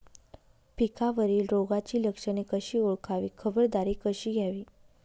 पिकावरील रोगाची लक्षणे कशी ओळखावी, खबरदारी कशी घ्यावी?